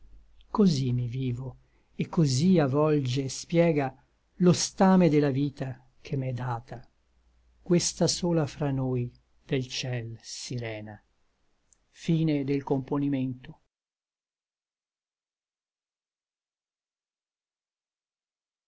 cosí mi vivo et cosí avolge et spiega lo stame de la vita che m'è data questa sola fra noi del ciel sirena